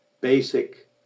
basic